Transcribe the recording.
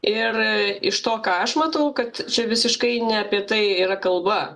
ir iš to ką aš matau kad čia visiškai ne apie tai yra kalba